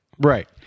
Right